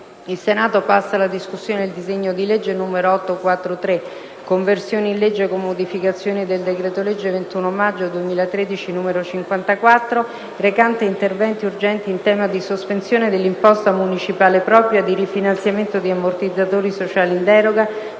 Il Senato, in sede di esame del disegno di legge n. 843, di conversione in legge, con modificazioni, del decreto-legge 21 maggio 2013, n. 54, recante interventi urgenti in tema di sospensione dell'imposta municipale propria, di rifinanziamento di ammortizzatori sociali in deroga,